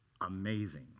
amazing